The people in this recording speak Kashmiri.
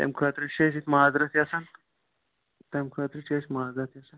اَمہِ خٲطرٕ چھِ أسۍ ییٚتہِ مازرَت یژھان تَمہِ خٲطرٕ چھِ أسۍ مازرَت یژھان